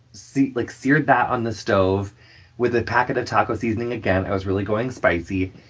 sear like sear that on the stove with a packet of taco seasoning again. i was really going spicy.